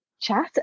chat